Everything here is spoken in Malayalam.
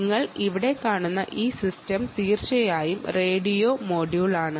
നിങ്ങൾ ഇവിടെ കാണുന്ന ഈ സിസ്റ്റം തീർച്ചയായും റേഡിയോ മൊഡ്യൂളാണ്